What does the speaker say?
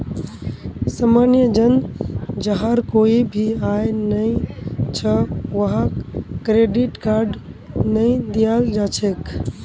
सामान्य जन जहार कोई भी आय नइ छ वहाक क्रेडिट कार्ड नइ दियाल जा छेक